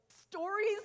stories